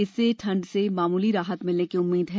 इससे ठंड से मामूली राहत मिलने की उम्मीद है